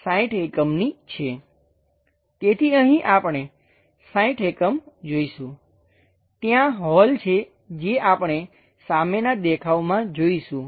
તેથી અહીં આપણે 60 એકમ જોઈશું ત્યાં હોલ છે જે આપણે સામેના દેખાવમાં જોઈશું